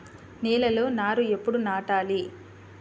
నేలలో నారు ఎప్పుడు నాటాలి?